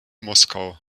moskau